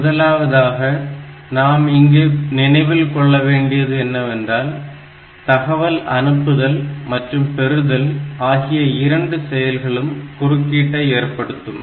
முதலாவதாக இங்கே நாம் நினைவில் கொள்ள வேண்டியது என்னவென்றால் தகவல் அனுப்புதல் மற்றும் பெறுதல் ஆகிய இரண்டு செயல்களும் குறுக்கீட்டை ஏற்படுத்தும்